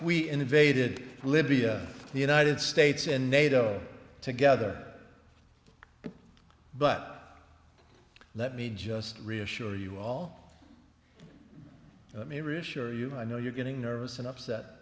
we invaded libya the united states and nato together but let me just reassure you all let me reassure you i know you're getting nervous and upset